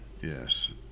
Yes